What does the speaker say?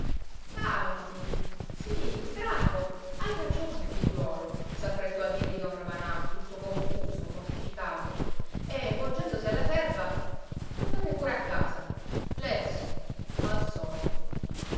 calmati sí bravo hai ragione figliuolo s'affrettò a dirgli don ravanà tutto confuso mortificato e volgendosi alla serva andate pure a casa lesso al solito